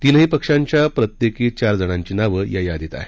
तीनही पक्षांच्या प्रत्येकी चार जणांची नावं या यादीत आहेत